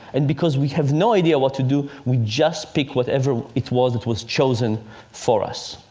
and because we have no idea what to do, we just pick whatever it was that was chosen for us.